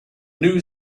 new